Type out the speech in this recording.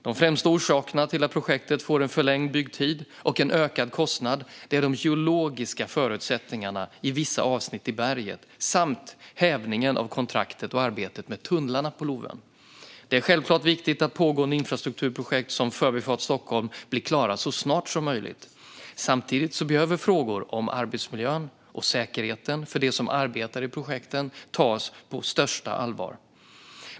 De främsta orsakerna till att projektet får en förlängd byggtid och en ökad kostnad är de geologiska förutsättningarna i vissa avsnitt i berget samt hävningen av kontraktet och arbetet med tunnlarna på Lovön. Det är självklart viktigt att pågående infrastrukturprojekt som Förbifart Stockholm blir klara så snart som möjligt. Samtidigt behöver frågor om arbetsmiljön och säkerheten för dem som arbetar i projekten tas på största allvar.